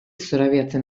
zorabiatzen